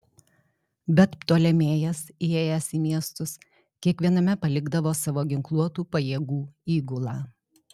bet ptolemėjas įėjęs į miestus kiekviename palikdavo savo ginkluotų pajėgų įgulą